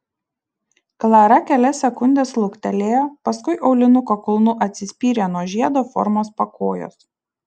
klara kelias sekundes luktelėjo paskui aulinuko kulnu atsispyrė nuo žiedo formos pakojos